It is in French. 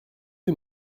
est